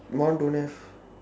my one don't have